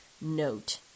note